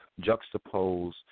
juxtapose